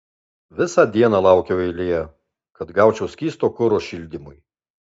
visą dieną laukiau eilėje kad gaučiau skysto kuro šildymui